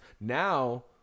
now